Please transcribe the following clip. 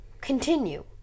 continue